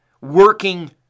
working